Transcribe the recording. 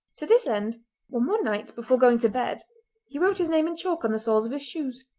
to this end on one night before going to bed he wrote his name in chalk on the soles of his shoes.